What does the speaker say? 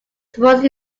suppose